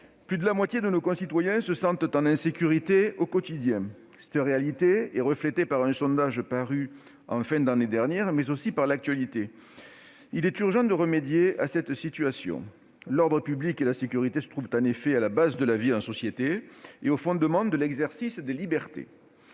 plus de la moitié de nos concitoyens se sentent en insécurité au quotidien. Cette triste réalité est reflétée par un sondage paru en fin d'année dernière, mais aussi par l'actualité. Il est urgent de remédier à une telle situation. L'ordre public et la sécurité se trouvent en effet au fondement de la vie en société et de l'exercice des libertés.